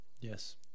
Yes